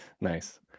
Nice